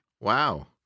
Wow